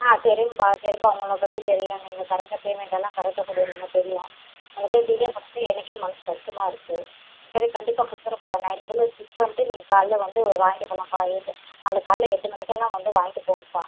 ஆ தெரியும்பா தெரியும்பா உங்களை பற்றி தெரியும் நீங்கள் கரெக்டாக பேமெண்ட்டெல்லாம் கரெக்டாக கொடுக்குறீங்க தெரியும் உங்களுக்கே டிலே பண்ணுறது எனக்கே மனசு கஷ்டமாக இருக்குது சரி கண்டிப்பாக கொடுத்துட்றேன்பா நைட்டுக்குள்ள ஸ்டிச் பண்ணிட்டு நீங்கள் காலைல வந்து வாங்கிட்டு போலாம்பா எயிட் நாளைக்கு காலையில எட்டு மணிக்கெல்லாம் வந்து வாங்கிட்டு போங்கப்பா